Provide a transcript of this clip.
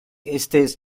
estes